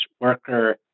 worker